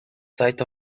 sight